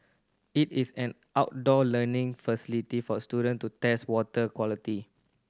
it is an outdoor learning facility for student to test water quality